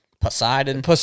Poseidon